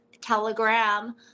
Telegram